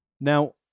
Now